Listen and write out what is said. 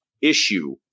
issue